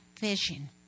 vision